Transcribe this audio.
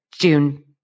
June